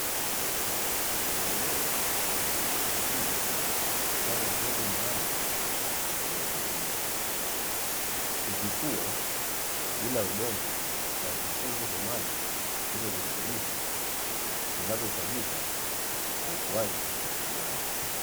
Mimea imechepua vizur ndani ya vyombo maalumu vya haidroponi, ikikua bila udongo na ikitunzwa kwa maji yenye virutubisho vinavyohitajika kwa ukuaji bora.